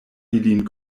ilin